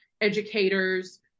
educators